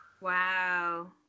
Wow